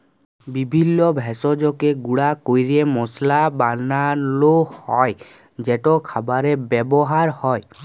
বিভিল্য ভেষজকে গুঁড়া ক্যরে মশলা বানালো হ্যয় যেট খাবারে ব্যাবহার হ্যয়